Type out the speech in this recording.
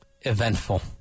Eventful